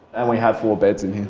and we have four beds in here.